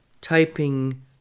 typing